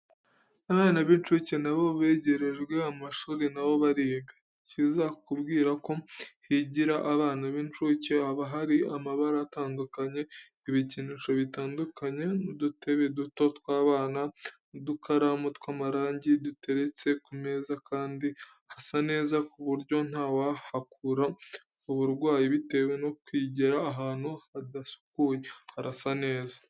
Abana b'incuke na bo begerejwe amashuri na bo bariga. Ikizakubwira ko higira abana b'incuke, haba hari amabara atandukanye, ibikinisho bitandukanye n'udutebe duto tw'abana n'udukaramu tw'amarangi duteretse ku meza kandi hasa neza ku buryo ntawahakura uburwayi bitewe no kwigira ahantu hadasukuye, harasa neza.